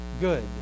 good